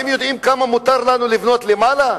אתם יודעים כמה מותר לנו לבנות למעלה?